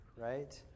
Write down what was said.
right